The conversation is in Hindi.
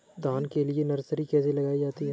धान के लिए नर्सरी कैसे लगाई जाती है?